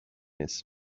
his